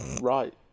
Right